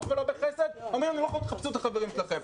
ולא בחסד אומרים: לכו תחפשו את החברים שלכם?